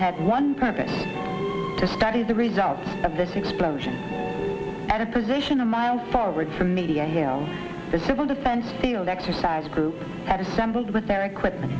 had one purpose to study the result of this explosion at a position a mile forward from media hill the civil defense shield exercise group had assembled with their equipment